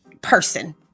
person